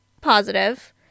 positive